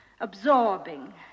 absorbing